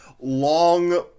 long